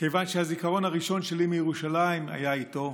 כיוון שהזיכרון הראשון שלי מירושלים היה איתו,